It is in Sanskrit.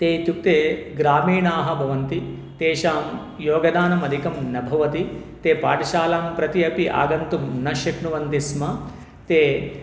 ते इत्युक्ते ग्रामीणाः भवन्ति तेषां योगदानमधिकं न भवति ते पाठशालां प्रति अपि आगन्तुं न शक्नुवन्ति स्म ते